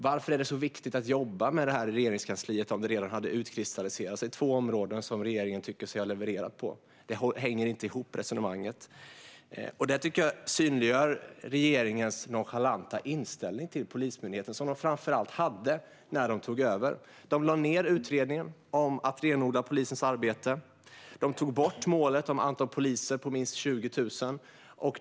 Varför är det så viktigt att jobba med detta i Regeringskansliet, om det redan har utkristalliserats två områden som regeringen tycker sig ha levererat på? Resonemanget hänger inte ihop. Detta tycker jag synliggör regeringens nonchalanta inställning till Polismyndigheten, som man framför allt hade när man tog över. Man lade ned utredningen om att renodla polisens arbete. Man tog bort målet om att antalet poliser skulle vara minst 20 000.